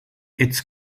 its